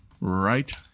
Right